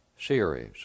series